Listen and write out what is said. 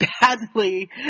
badly